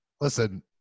Listen